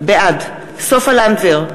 בעד סופה לנדבר,